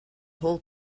whole